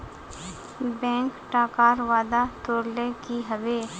bank टाकार वादा तोरले कि हबे